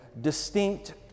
distinct